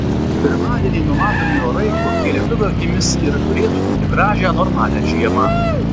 pirmadienį numatomi orai kokie lietuvio akimis ir turėtų būti gražią normalią žiemą